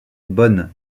bonne